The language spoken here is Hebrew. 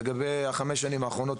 לגבי החמש שנים האחרונות,